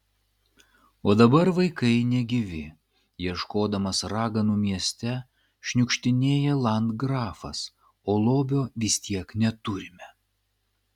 o dabar vaikai negyvi ieškodamas raganų mieste šniukštinėja landgrafas o lobio vis tiek neturime